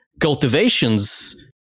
cultivation's